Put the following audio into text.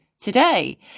today